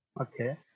Okay